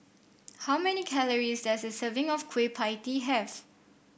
how many calories does a serving of Kueh Pie Tee have